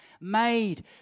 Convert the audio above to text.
made